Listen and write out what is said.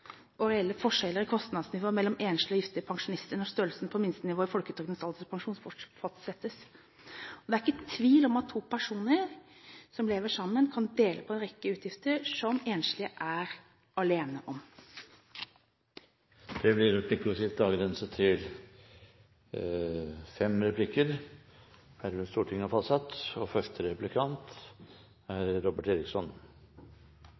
og reelle forskjeller i kostnadsnivå mellom enslige og gifte pensjonister når størrelsen på minstenivået i folketrygdens alderspensjon fastsettes. Det er ikke tvil om at to personer som lever sammen, kan dele på en rekke utgifter, som enslige er alene om. Det blir replikkordskifte. Jeg registrerer at statsråden blander sammen det nye systemet vedrørende det som har